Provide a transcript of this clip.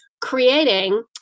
Creating